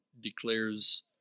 declares